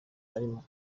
arimo